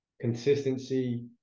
consistency